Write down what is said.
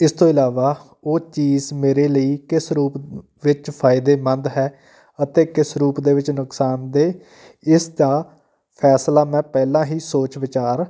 ਇਸ ਤੋਂ ਇਲਾਵਾ ਉਹ ਚੀਜ਼ ਮੇਰੇ ਲਈ ਕਿਸ ਰੂਪ ਵਿੱਚ ਫਾਇਦੇਮੰਦ ਹੈ ਅਤੇ ਕਿਸ ਰੂਪ ਦੇ ਵਿੱਚ ਨੁਕਸਾਨਦੇਹ ਇਸ ਦਾ ਫੈਸਲਾ ਮੈਂ ਪਹਿਲਾਂ ਹੀ ਸੋਚ ਵਿਚਾਰ